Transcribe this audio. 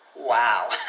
Wow